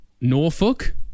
Norfolk